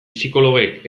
psikologoek